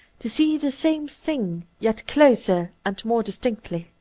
to see the same thing, yet closer and more distinctly.